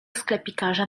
sklepikarza